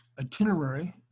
itinerary